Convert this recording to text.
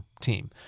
team